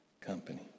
company